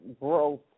growth